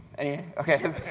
any okay